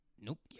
Nope